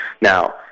Now